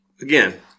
Again